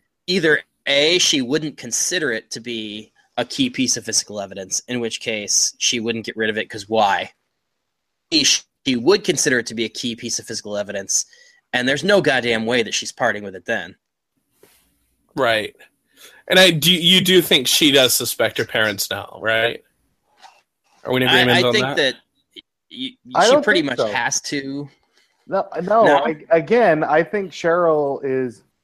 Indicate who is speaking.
Speaker 1: Either A, she wouldn't consider it to be a key piece of physical evidence, in which case she wouldn't get rid of it, 'cause why? B, she would consider it to be a key piece of physical evidence, and there's no goddamn way that she's parting with it then.
Speaker 2: Right. And I- do- you do think she does suspect her parents now, right? Are we in agreement
Speaker 1: I- I
Speaker 2: on
Speaker 1: think
Speaker 2: that?
Speaker 1: that y- y-
Speaker 3: I
Speaker 1: she
Speaker 3: don't
Speaker 1: pretty
Speaker 3: think
Speaker 1: much
Speaker 3: so.
Speaker 1: has to-
Speaker 3: No- no,
Speaker 1: No?
Speaker 3: I- again, I think Cheryl is